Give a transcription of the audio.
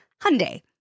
Hyundai